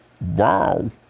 wow